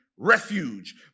Refuge